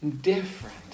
different